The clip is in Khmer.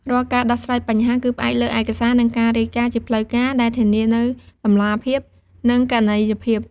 រាល់ការដោះស្រាយបញ្ហាគឺ ផ្អែកលើឯកសារ និងការរាយការណ៍ជាផ្លូវការ ដែលធានានូវតម្លាភាព និងគណនេយ្យភាព។